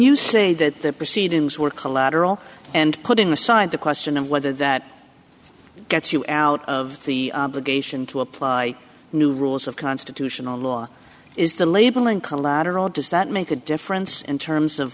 you say that the proceedings were collateral and put in the side the question of whether that gets you out of the geisha and to apply new rules of constitutional law is the labeling collateral does that make a difference in terms of